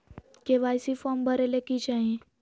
KYC form भरे ले कि चाही?